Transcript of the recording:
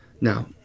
Now